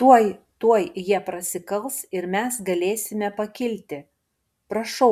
tuoj tuoj jie prasikals ir mes galėsime pakilti prašau